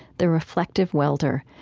the reflective welder,